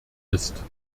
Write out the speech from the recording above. ist